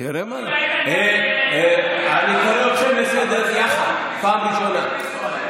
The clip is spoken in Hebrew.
אני קורא אתכם לסדר יחד, פעם ראשונה.